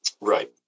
Right